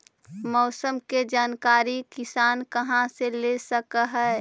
मौसम के जानकारी किसान कहा से ले सकै है?